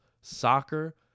soccer